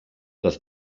das